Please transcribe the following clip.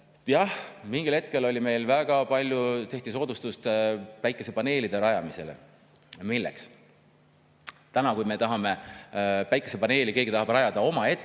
Jah, mingil hetkel meil väga palju tehti soodustust päikesepaneelide rajamisele. Milleks? Täna, kui me tahame päikesepaneeli, keegi tahab rajada oma